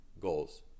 goals